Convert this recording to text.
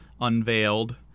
unveiled